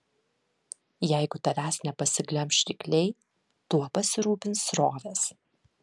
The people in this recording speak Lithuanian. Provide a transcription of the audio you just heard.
jeigu tavęs nepasiglemš rykliai tuo pasirūpins srovės